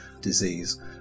disease